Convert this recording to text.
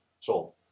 sold